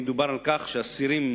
מדובר על כך שאסירים,